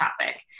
topic